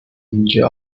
اینکه